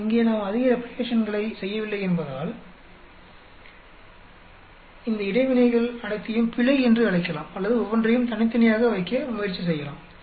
ஆனால் இங்கே நாம் அதிக ரெப்ளிகேஷன்களை செய்யவில்லை என்பதால் இந்த இடைவினைகள் அனைத்தையும் பிழை என்று அழைக்கலாம் அல்லது ஒவ்வொன்றையும் தனித்தனியாக வைக்க முயற்சி செய்யலாம்